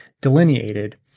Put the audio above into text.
delineated